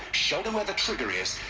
show them where the trigger is.